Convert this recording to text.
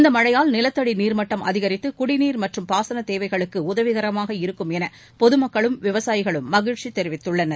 இந்தமழையால் நிலத்தடிநீர்மட்டம் அதிகரித்துகுடிநீர் மற்றம் பாசனதேவைகளுக்குஉதவிகரமாக இருக்குமெனபொதுமக்களும் விவசாயிகளும் மகிழ்ச்சிதெரிவித்துள்ளனர்